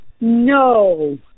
no